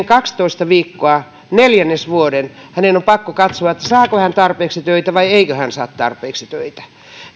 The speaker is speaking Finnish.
kaksitoista viikkoa neljännesvuoden pakko katsoa saako hän tarpeeksi töitä vai eikö hän saa tarpeeksi töitä